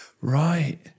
Right